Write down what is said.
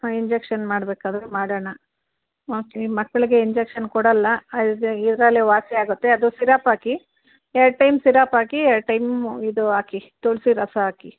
ಹಾಂ ಇಂಜೆಕ್ಷನ್ ಮಾಡಬೇಕಾದ್ರೆ ಮಾಡೋಣ ಓಕೆ ನಿಮ್ಮ ಮಕ್ಕಳಿಗೆ ಇಂಜೆಕ್ಷನ್ ಕೊಡೋಲ್ಲ ಇದರಲ್ಲೆ ವಾಸಿಯಾಗುತ್ತೆ ಅದು ಸಿರಪ್ಪಾಕಿ ಎರಡು ಟೈಮ್ ಸಿರಪ್ಪಾಕಿ ಎರಡು ಟೈಮ್ ಇದು ಹಾಕಿ ತುಳಸಿ ರಸ ಹಾಕಿ